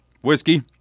whiskey